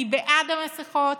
אני בעד המסכות,